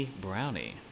brownie